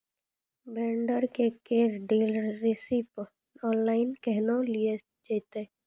Vendor केर dealership online केहनो लियल जेतै?